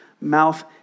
mouth